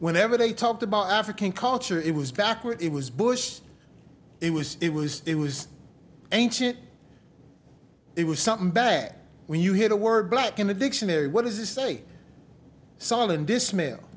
whenever they talked about african culture it was backward it was bush it was it was it was ancient it was something bad when you hear the word black in the dictionary what does this say son and this male